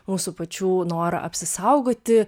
mūsų pačių norą apsisaugoti